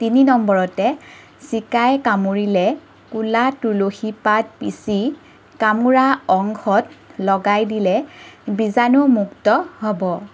তিনি নম্বৰতে চিকাই কামোৰিলে ক'লা তুলসী পাত পিচি কামোৰা অংশত লগাই দিলে বীজাণুমুক্ত হ'ব